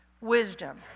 wisdom